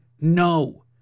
no